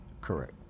correct